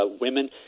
women